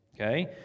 Okay